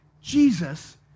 Jesus